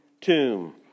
tomb